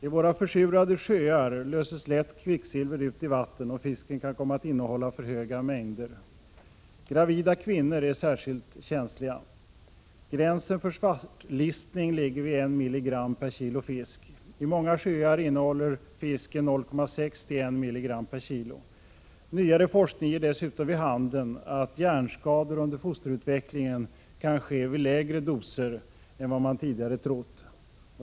I våra försurade sjöar löses lätt kvicksilver ut i vattnet och fisken kan komma att innehålla för höga mängder. Gravida kvinnor är särskilt känsliga. Gränsen för svartlistning ligger vid 1 mg per kilo fisk. I många sjöar innehåller fisken 0,6—1 mg per kilo. Nyare forskning ger dessutom vid handen att hjärnskador under fosterutvecklingen kan uppkomma vid lägre doser än man tidigare trott.